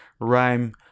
rhyme